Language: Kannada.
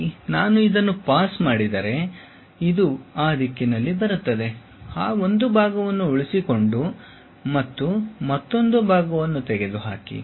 ಇಲ್ಲಿ ನಾನು ಇದನ್ನು ಪಾಸ್ ಮಾಡಿದರೆ ಇದು ಆ ದಿಕ್ಕಿನಲ್ಲಿ ಬರುತ್ತದೆ ಆ ಒಂದು ಭಾಗವನ್ನು ಉಳಿಸಿಕೊಂಡು ಮತ್ತು ಮತ್ತೊಂದು ಭಾಗವನ್ನು ತೆಗೆದುಹಾಕಿ